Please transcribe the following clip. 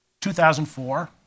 2004